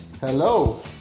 Hello